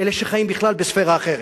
אלה שחיים בכלל בספירה אחרת.